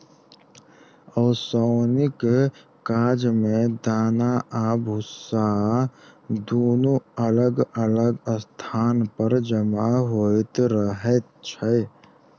ओसौनीक काज मे दाना आ भुस्सा दुनू अलग अलग स्थान पर जमा होइत रहैत छै